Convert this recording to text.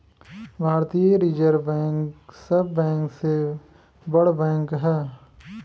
भारतीय reserve bank सब bank से बड़ बैंक ह